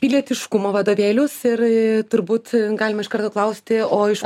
pilietiškumo vadovėlius ir turbūt galim iš karto klausti o iš